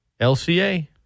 LCA